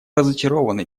разочарованы